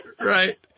right